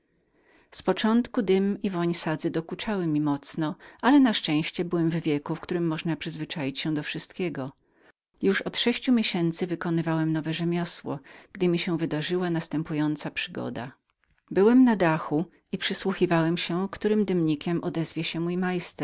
z początku dym i woń sadzy sprawiały mi nieprzyjemne wrażenie ale na szczęście byłem w wieku w którym można przyzwyczaić się do wszystkiego już od sześciu miesięcy wykonywałem nowe rzemiosło gdy mi się wydarzyła następna przygoda byłem na dachu i przysłuchiwałem się którym dymnikiem odezwie się mój majster